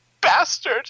bastard